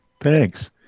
Thanks